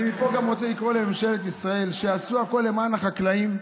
אני גם רוצה לקרוא מפה לממשלת ישראל שתעשה הכול למען החקלאים.